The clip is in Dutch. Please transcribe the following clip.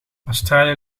australië